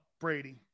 Brady